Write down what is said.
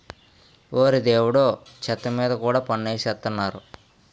ఓరి దేవుడో చెత్త మీద కూడా పన్ను ఎసేత్తన్నారు